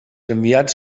enviats